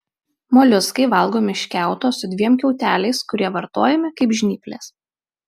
moliuskai valgomi iš kiauto su dviem kiauteliais kurie vartojami kaip žnyplės